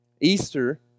Easter